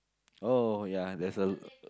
oh ya there's a l~ uh